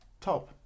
Top